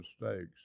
mistakes